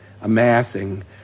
amassing